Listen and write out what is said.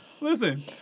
Listen